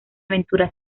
aventura